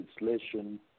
legislation